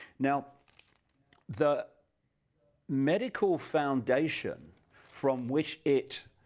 now the medical foundation from which it